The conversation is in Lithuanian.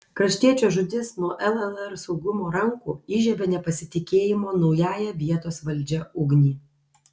kraštiečio žūtis nuo llr saugumo rankų įžiebė nepasitikėjimo naująją vietos valdžia ugnį